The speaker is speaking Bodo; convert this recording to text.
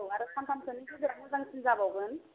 औ आरो सानथामसोनि गेजेराव मोजांसिन जाबावगोन